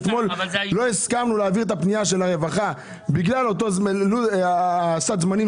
אתמול לא הסכמנו להעביר את הפנייה של הרווחה בגלל סד הזמנים